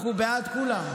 אנחנו בעד כולם,